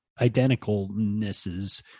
identicalnesses